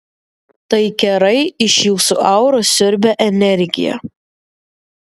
tai kerai iš jūsų auros siurbia energiją